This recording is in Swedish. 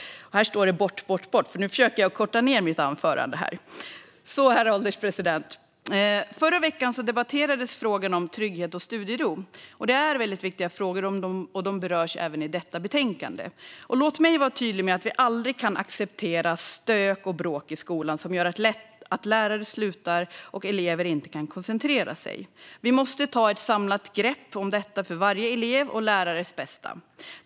Herr ålderspresident! Förra veckan debatterades frågan om trygghet och studiero. Det är väldigt viktiga frågor, och de berörs även i detta betänkande. Låt mig vara tydlig med att vi aldrig kan acceptera stök och bråk i skolan som gör att lärare slutar och elever inte kan koncentrera sig. Vi måste ta ett samlat grepp om detta för varje elevs och lärares bästa.